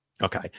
Okay